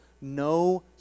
no